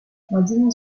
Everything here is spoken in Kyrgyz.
мадина